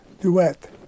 duet